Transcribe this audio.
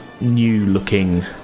new-looking